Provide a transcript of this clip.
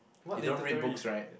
you don't read books right